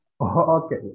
Okay